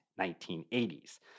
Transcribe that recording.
1980s